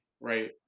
right